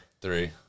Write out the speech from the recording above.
Three